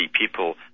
people